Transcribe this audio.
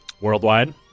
Worldwide